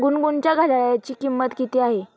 गुनगुनच्या घड्याळाची किंमत किती आहे?